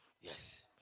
Yes